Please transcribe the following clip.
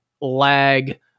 lag